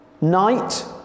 night